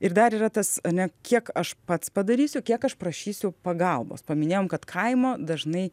ir dar yra tas ane kiek aš pats padarysiu kiek aš prašysiu pagalbos paminėjom kad kaimo dažnai